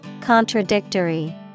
Contradictory